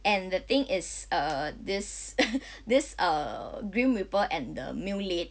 and the thing is err this err this err grim reaper and the male lead